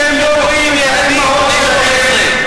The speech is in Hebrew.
אתם לא רואים את האימהות שלהם.